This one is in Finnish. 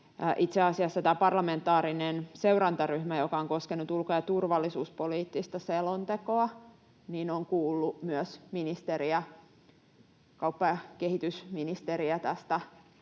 itse asiassa tämä parlamentaarinen seurantaryhmä, joka on koskenut ulko- ja turvallisuuspoliittista selontekoa, on kuullut myös kauppa- ja kehitysministeriä tästä